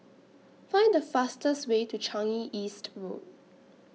Find The fastest Way to Changi East Road